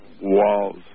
walls